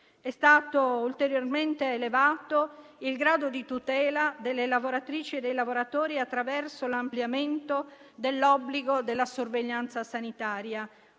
È stato ulteriormente elevato il grado di tutela delle lavoratrici e dei lavoratori attraverso l'ampliamento dell'obbligo della sorveglianza sanitaria,